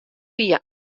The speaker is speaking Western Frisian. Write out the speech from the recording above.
fia